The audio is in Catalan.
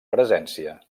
presència